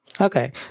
Okay